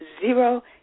zero